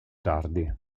tardi